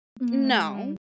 No